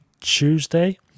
Tuesday